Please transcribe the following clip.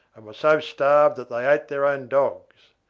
and were so starved that they ate their own dogs.